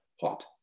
hot